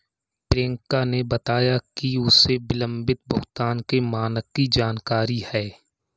प्रियंका ने बताया कि उसे विलंबित भुगतान के मानक की जानकारी है